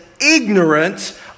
ignorant